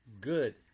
good